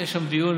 אבל יש שם דיון,